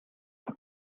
цаг